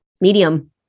medium